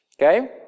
okay